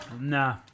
nah